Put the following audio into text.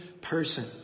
Person